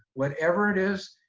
whatever it is,